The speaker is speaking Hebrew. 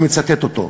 אני מצטט אותו: